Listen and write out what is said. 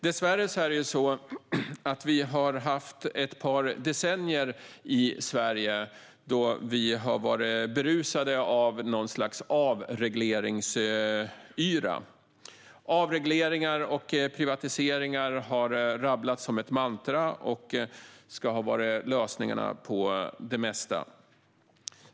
Dessvärre har vi haft ett par decennier i Sverige då vi har varit berusade av något slags avregleringsyra. Avregleringar och privatiseringar har rabblats som ett mantra och ansetts som lösningarna på det mesta.